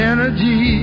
Energy